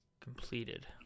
Completed